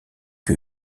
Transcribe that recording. que